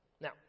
Now